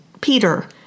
Peter